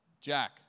Jack